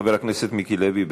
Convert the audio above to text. חבר הכנסת מיקי לוי,